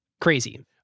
Crazy